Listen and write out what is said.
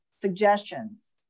suggestions